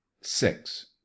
Six